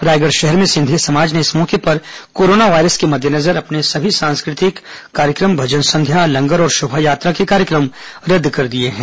रायगढ़ शहर में सिंधी समाज ने इस मौके पर कोरोना वायरस के मद्देनजर अपने सभी सांस्कृतिक भजन संध्या लंगर और शोभा यात्रा के कार्यक्रम रद्द कर दिए हैं